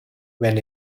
when